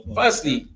firstly